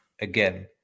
again